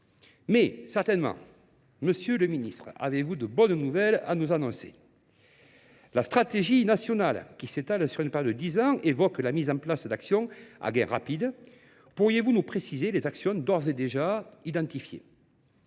Mais certainement, Monsieur le Ministre, avez-vous de bonnes nouvelles à nous annoncer ? La stratégie nationale qui s'étale sur une période de dix ans évoque la mise en place d'actions à gain rapide. Pourriez-vous nous préciser les actions d'ores et déjà identifiées ?